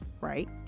right